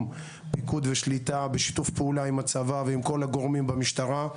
פיקוד ושליטה בשת"פ עם הצבא ועם כל הגורמים במשטרה,